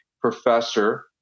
professor